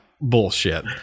Bullshit